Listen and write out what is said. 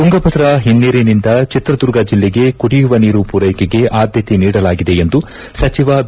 ತುಂಗಭದ್ರಾ ಹಿನ್ನೀರಿನಿಂದ ಚಿತ್ರದುರ್ಗ ಜಿಲ್ಲೆಗೆ ಕುಡಿಯುವ ನೀರು ಪೂರೈಕೆಗೆ ಆದ್ಯತೆ ನೀಡಲಾಗಿದೆ ಎಂದು ಸಚಿವ ಬಿ